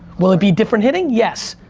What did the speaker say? will it be different hitting? yes.